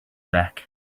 back